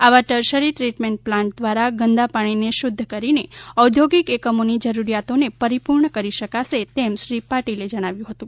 આવા tertiary treatment plant દ્વારા ગંદા પાણીને શુધ્ધ કરીને ઔદ્યોગિક એકમોની જરૂરિયાતને પરિપૂર્ણ કરી શકાશે તેમ શ્રી પાટીલે જણાવ્યું હતું